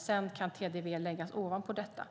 Sedan kan TVD läggas ovanpå detta.